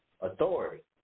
authority